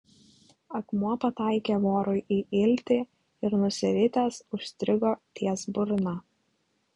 akmuo pataikė vorui į iltį ir nusiritęs užstrigo ties burna